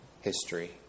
history